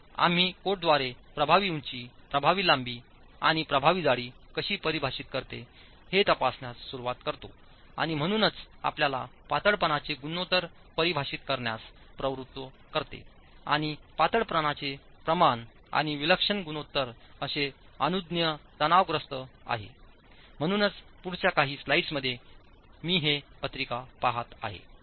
तर आम्ही कोडद्वारे प्रभावी उंची प्रभावी लांबी आणि प्रभावी जाडी कशी परिभाषित करते हे तपासण्यास सुरवात करतो आणि म्हणूनच आपल्याला पातळपणाचे गुणोत्तर परिभाषित करण्यास प्रवृत्त करते आणि पातळपणाचे प्रमाण आणि विलक्षण गुणोत्तर कसे अनुज्ञेय तणावग्रस्त आहेत म्हणूनच पुढच्या काही स्लाइड्समध्ये मी हे पत्रिका पहात आहे